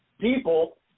people